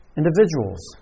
individuals